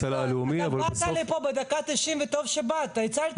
באת לפה בדקה ה-90, וטוב שבאת, הצלת אותנו.